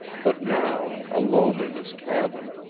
but now, alone in his cabin,